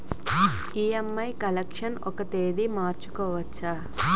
EMI collection ఒక తేదీ మార్చుకోవచ్చా?